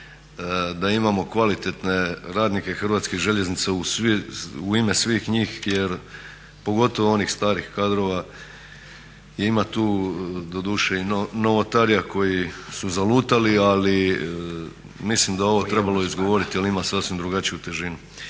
da imamo kvalitetne radnike Hrvatskih željeznica u ime svih njih jer pogotovo onih starih kadrova, imat u doduše novotarija koji su zalutali, ali mislim da je ovo trebalo izgovoriti jer ima sasvim drugačiju težinu.